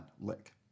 lick